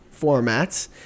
formats